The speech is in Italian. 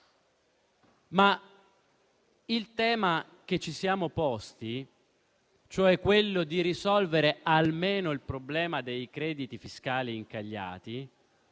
Ma il tema che ci siamo posti, cioè quello di risolvere almeno il problema dei crediti fiscali incagliati,